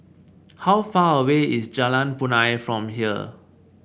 how far away is Jalan Punai from here